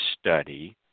study